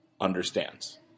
understands